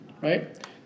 right